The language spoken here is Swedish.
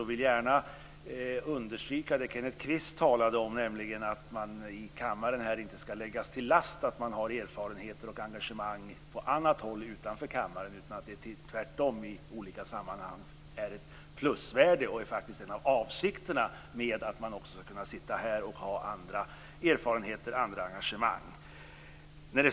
Jag vill gärna understryka det Kenneth Kvist talade om, nämligen att man i kammaren inte skall läggas till last att man har erfarenheter från och är engagerad i annat utanför kammaren. Tvärtom! I olika sammanhang är det ett plusvärde och avsikten att ha andra erfarenheter och engagemang.